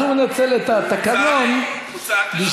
אז הוא מנצל את התקנון בשביל,